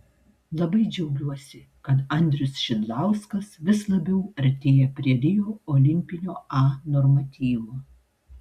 labai džiaugiuosi kad andrius šidlauskas vis labiau artėja prie rio olimpinio a normatyvo